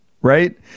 right